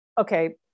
Okay